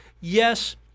yes